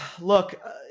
look